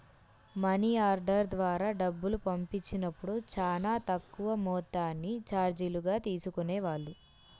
money order ద్వారా డబ్బులు పంపించినప్పుడు చానా తక్కువ మొత్తాన్ని చార్జీలుగా తీసుకునేవాళ్ళు